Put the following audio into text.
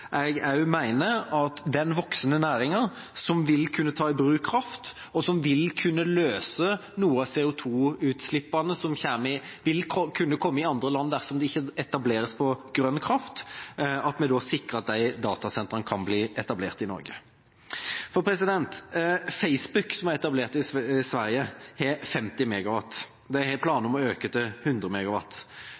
jeg mener at den voksende næringen – som vil kunne ta i bruk kraft, og som vil kunne løse noe av CO2-utslippene som vil kunne komme i andre land dersom det ikke etableres på grønn kraft – kan sikre at de datasentrene kan bli etablert i Norge. Facebook, som er etablert i Sverige, har 50 MW. De har planer om å øke til 100